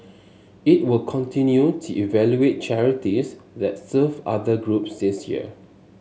it will continue to evaluate charities that serve other groups this year